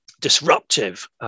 disruptive